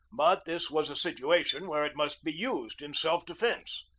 but this was a situation where it must be used in self defence.